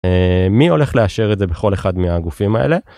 מי הולך לאשר את זה בכל אחד מהגופים האלה.